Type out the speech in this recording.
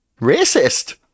racist